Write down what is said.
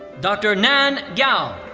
dr. nan gao.